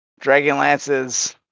Dragonlance's